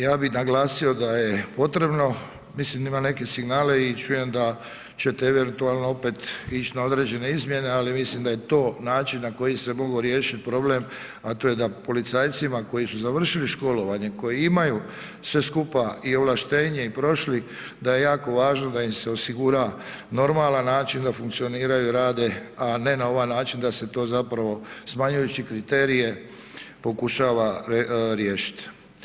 Ja bih naglasio da je potrebno, mislim, imam neke signale i čujem da ćete eventualno opet ići na određene izmjene, ali mislim da je to način na koji se mogao riješiti problem, a to je da policajcima koji su završili školovanje, koji imaju sve skupa i ovlaštenje i prošli, da je jako važno da im se osigura normalan način da funkcioniraju, rade, a ne na ovaj način da se to zapravo, smanjujući kriterije pokušava riješiti.